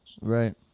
Right